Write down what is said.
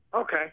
Okay